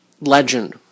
legend